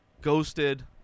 Ghosted